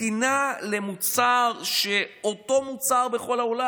תקינה למוצר כשזה אותו מוצר בכל העולם.